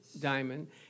diamond